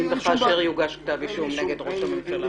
אם וכאשר יוגש כתב אישום נגד ראש הממשלה?